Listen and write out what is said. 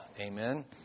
Amen